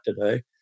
today